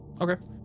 Okay